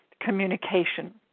communication